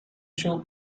show